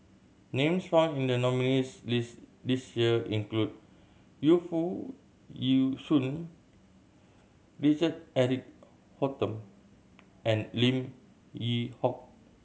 names found in the nominees' list this year include Yu Foo Yee Shoon Richard Eric Holttum and Lim Yew Hock